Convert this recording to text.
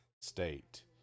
State